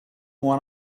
one